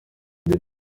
ibyo